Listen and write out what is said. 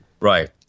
Right